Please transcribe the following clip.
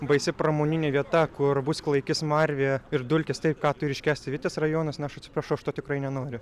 baisi pramoninė vieta kur bus klaiki smarvė ir dulkės tai ką turi iškęsti vitės rajonas na aš atsiprašau aš to tikrai nenoriu